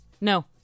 No